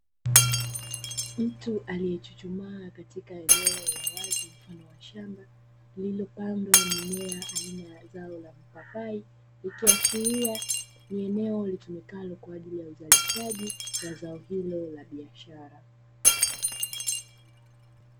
Mtu aliyechuchumaa katika eneo la wazi mfano wa shamba lililopandwa mimea aina ya zao la papai ikiashiria ni eneo ulitumikalo kwa ajili ya uzalishaji wa zao hilo la biashara.